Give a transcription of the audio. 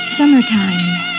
Summertime